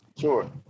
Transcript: Sure